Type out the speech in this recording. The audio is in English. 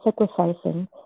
sacrificing